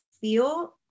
feel